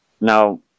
now